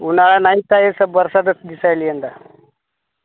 उन्हाळा नाही न काही बरसातच दिसायली यंदा